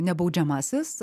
ne baudžiamasis